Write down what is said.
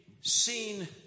seen